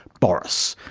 boris.